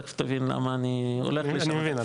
תיכף תבין למה אני הולך לשם --- אני מבין.